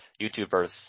YouTubers